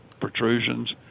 protrusions